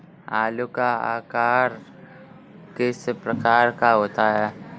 आलू का आकार किस प्रकार का होता है?